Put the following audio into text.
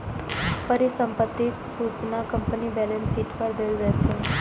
परिसंपत्तिक सूचना कंपनीक बैलेंस शीट पर देल जाइ छै